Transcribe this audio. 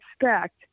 expect